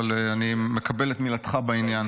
אבל אני מקבל את מילתך בעניין.